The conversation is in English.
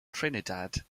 trinidad